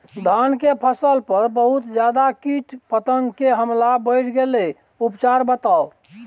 धान के फसल पर बहुत ज्यादा कीट पतंग के हमला बईढ़ गेलईय उपचार बताउ?